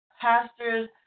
pastors